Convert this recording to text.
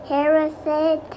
Harrison